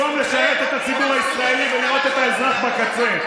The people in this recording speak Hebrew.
במקום לשרת את הציבור הישראלי ולראות את האזרח בקצה.